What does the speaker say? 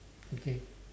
okay